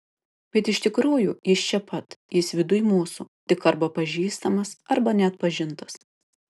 bet iš tikrųjų jis čia pat jis viduj mūsų tik arba pažįstamas arba neatpažintas